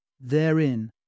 Therein